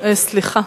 סליחה,